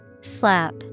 Slap